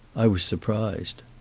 i was surprised.